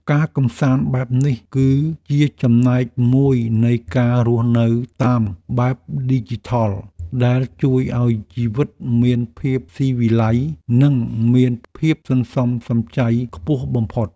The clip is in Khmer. ការកម្សាន្តបែបនេះគឺជាចំណែកមួយនៃការរស់នៅតាមបែបឌីជីថលដែលជួយឱ្យជីវិតមានភាពស៊ីវិល័យនិងមានភាពសន្សំសំចៃខ្ពស់បំផុត។